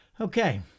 Okay